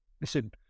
Listen